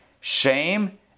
Shame